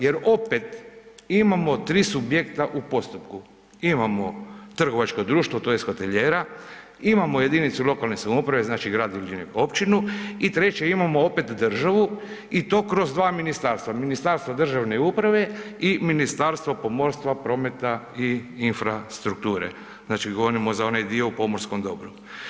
Jer opet imamo tri subjekta u postupku, imamo trgovačko društvo tj. hotelijera, imamo jedinicu lokalne samouprave, znači grad ili ... općinu i treće, imamo opet državu i to kroz dva ministarstva, Ministarstvo državne uprave i Ministarstvo pomorstva, prometa i infrastrukture, znači govorimo za onaj dio o pomorskom dobru.